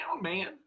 man